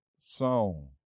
song